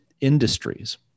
industries